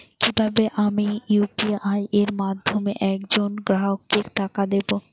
কিভাবে আমি ইউ.পি.আই এর মাধ্যমে এক জন গ্রাহককে টাকা দেবো?